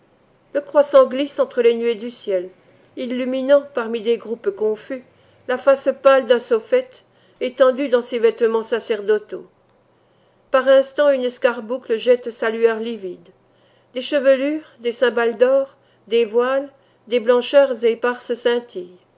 le croissant glisse entre les nuées du ciel illuminant parmi des groupes confus la face pâle d'un sophet étendu dans ses vêtements sacerdotaux par instants une escarboucle jette sa lueur livide des chevelures des cymbales d'or des voiles des blancheurs éparses